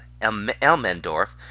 Elmendorf